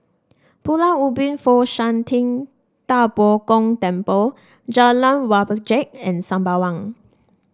Pulau Ubin Fo Shan Ting Da Bo Gong Temple Jalan Wajek and Sembawang